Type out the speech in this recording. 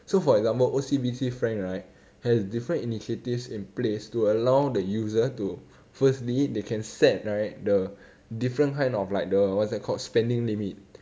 so for example O_C_B_C frank right has different initiatives in place to allow the user to firstly they can set right the different kind of like the what's that called spending limit